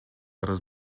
арыз